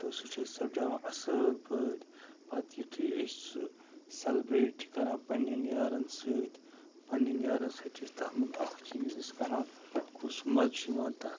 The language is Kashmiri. سُہ چھِ سجاوان اصل پٲٹھۍ پتہٕ یُتھے أسۍ سُہ سیلبریٹ چھِ کران پنٕنٮ۪ن یارن سۭتۍ پنٕنٮ۪ن یارن سۭتۍ چھِ أسۍ تتھ منٛز اکھ چیٖز کران کُس مزٕ چھُ یِوان تتھ